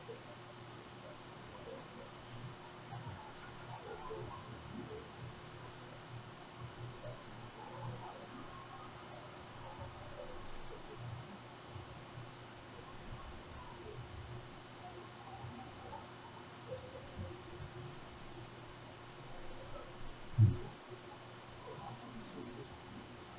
mm